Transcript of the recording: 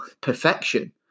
perfection